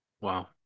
Wow